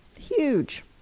huge!